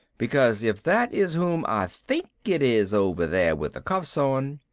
because if that is whom i think it is over there with the cuffs on,